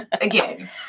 Again